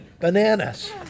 bananas